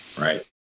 Right